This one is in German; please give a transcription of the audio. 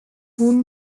hohen